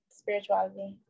spirituality